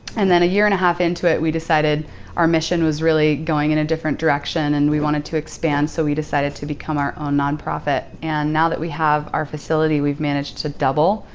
and then a year and a half into it, we decided our mission was really going in a different direction and we wanted to expand. so we decided to become our own non-profit. and now that we have our facility, we've managed to double.